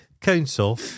council